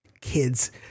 kids